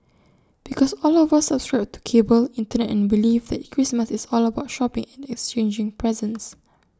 because all of us subscribe to cable Internet and belief that Christmas is all about shopping and exchanging presents